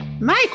Mike